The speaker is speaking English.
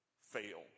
Fail